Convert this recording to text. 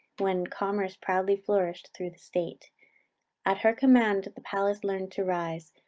when commerce proudly flourish'd thro' the state at her command the palace learn'd to rise,